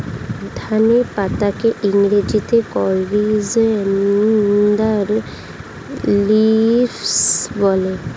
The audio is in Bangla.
ধনে পাতাকে ইংরেজিতে কোরিয়ানদার লিভস বলে